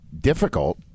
difficult